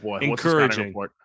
encouraging